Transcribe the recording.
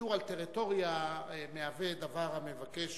שוויתור על טריטוריה מהווה דבר המבקש